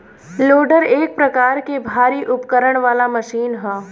loader एक प्रकार के भारी उपकरण वाला मशीन ह